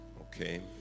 okay